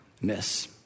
miss